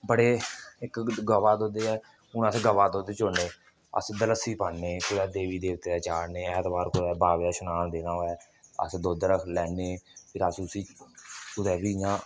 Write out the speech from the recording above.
बड़े इक गवा दा दुद्ध ऐ हून अस गवा दा दुद्ध चोन्ने अस दलस्सी पान्ने कुदै देवी देवते दे चाढ़ने ऐतबार कुदै बाबे दा श्नान देने होऐ अस दुद्ध रक्खी लैन्ने फिर अस उसी कुतै बी इ'यां